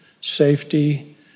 safety